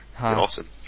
Awesome